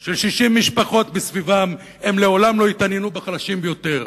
של 60 משפחות, הן לעולם לא יתעניינו בחלשים יותר.